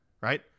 right